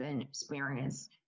experience